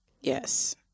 Yes